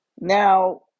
Now